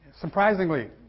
Surprisingly